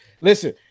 Listen